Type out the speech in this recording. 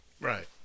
Right